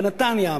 בנתניה,